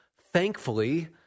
Thankfully